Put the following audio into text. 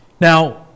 Now